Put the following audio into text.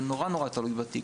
זה נורא תלוי בתיק.